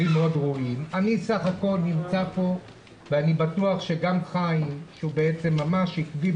אני בטוח שגם חבר הכנסת כץ וגם יושבת הראש ימשיכו